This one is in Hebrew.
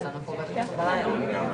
שמאי בודק את זה.